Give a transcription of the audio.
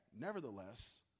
nevertheless